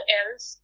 else